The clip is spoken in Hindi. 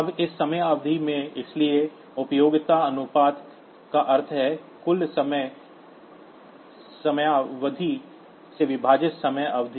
अब इस समय अवधि में इसलिए उपयोगिता अनुपात का अर्थ है कुल समयावधि से विभाजित समय अवधि